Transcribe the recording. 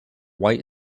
white